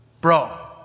Bro